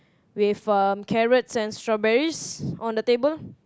with um carrots and strawberries on the table